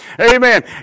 Amen